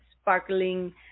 Sparkling